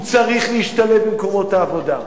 הוא צריך להשתלב במקומות העבודה.